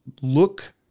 look